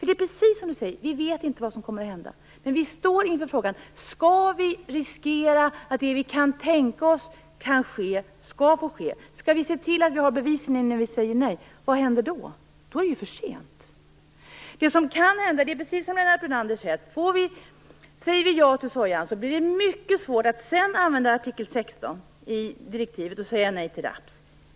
Det är precis som jordbruksministern säger, vi vet inte vad som kommer att hända. Men vi står inför frågan: Skall vi riskera att det vi kan tänka oss kan ske, skall få ske? Skall vi se till att vi har bevisen innan vi säger nej? Vad händer då? Då är det ju för sent. Det är precis som Lennart Brunander sade, säger vi ja till sojan blir det mycket svårt att sedan använda artikel 16 i direktivet och säga nej till raps.